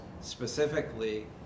specifically